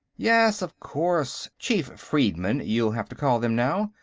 yes, of course chief-freedmen, you'll have to call them, now.